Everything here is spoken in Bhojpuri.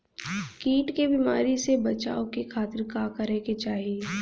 कीट के बीमारी से बचाव के खातिर का करे के चाही?